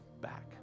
back